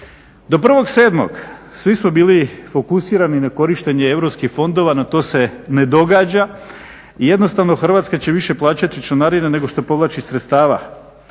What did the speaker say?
Do prvog sedmog svi smo bili fokusirani na korištenje Europskih fondova, na to se ne događa. Jednostavno Hrvatska će više plaćati članarina nego što povlači sredstava.